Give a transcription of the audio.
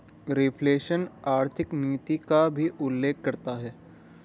reflation आर्थिक नीति का भी उल्लेख करता है